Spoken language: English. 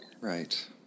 Right